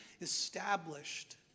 established